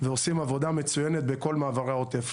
ועושים עבודה מצוינת בכל מעברי העוטף.